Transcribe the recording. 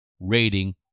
rating